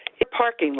parking